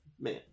Man